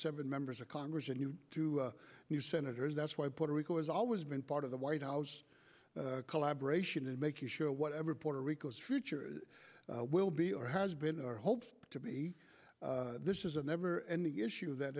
seven members of congress and you two new senators that's why puerto rico has always been part of the white house collaboration in making sure whatever puerto rico's future will be or has been our hopes to be this is a never ending issue that